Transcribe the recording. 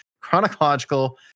chronological